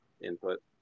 input